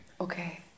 Okay